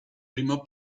primo